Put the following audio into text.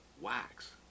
wax